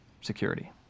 security